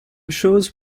chose